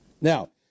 Now